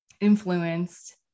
influenced